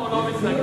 אנחנו לא מתנגדים.